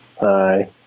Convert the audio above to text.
hi